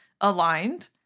aligned